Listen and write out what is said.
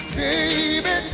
baby